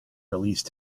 released